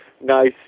nice